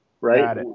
Right